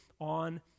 on